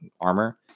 armor